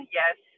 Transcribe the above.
yes